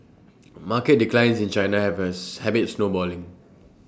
market declines in China have as habit snowballing